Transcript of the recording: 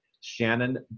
Shannon